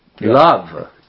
love